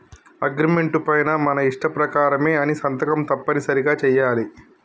agreement పైన మన ఇష్ట ప్రకారమే అని సంతకం తప్పనిసరిగా చెయ్యాలి